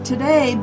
Today